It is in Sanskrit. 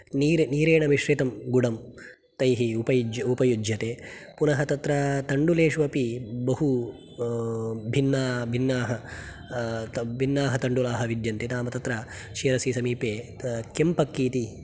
नीरे नीरेण मिश्रितं गुडं तैः उपयुज्य उपयुज्यते पुनः तत्र तण्डुलेषु अपि बहु भिन्ना भिन्नाः भिन्नाः तण्डुलाः विद्यन्ते नाम तत्र शिरसिसमीपे केम्पक्कि इति तैः